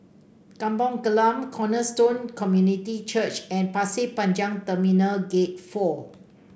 Kampung Glam Cornerstone Community Church and Pasir Panjang Terminal Gate Four